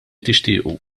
tixtiequ